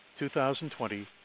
2020